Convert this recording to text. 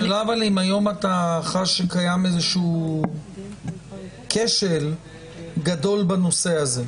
השאלה אם היום אתה חש שקיים כשל גדול בנושא הזה?